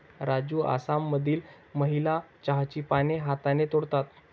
राजू आसाममधील महिला चहाची पाने हाताने तोडतात